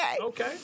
Okay